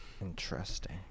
interesting